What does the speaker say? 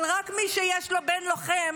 אבל רק מי שיש לה בן לוחם